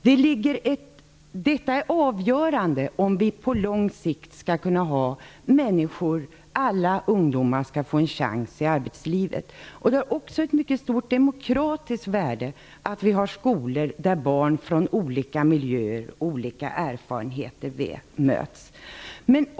Detta är avgörande för att alla ungdomar på lång sikt skall få en chans i arbetslivet. Det är också av ett mycket stort demokratiskt värde att vi har skolor där barn från olika miljöer och barn med olika erfarenheter möts.